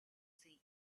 see